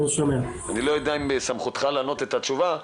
אני לא יודע אם בסמכותך לענות את התשובה,